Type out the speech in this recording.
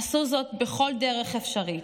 עשו זאת בכל דרך אפשרית.